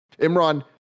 imran